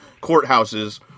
courthouses